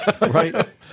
Right